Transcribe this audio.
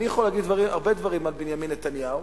אני יכול להגיד הרבה דברים על בנימין נתניהו.